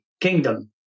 kingdom